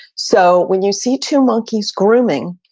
so when you see two monkeys grooming,